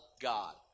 God